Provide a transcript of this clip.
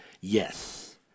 Yes